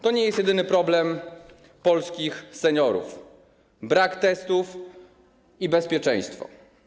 To nie jest jedyny problem polskich seniorów: brak testów i bezpieczeństwo.